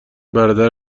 برادر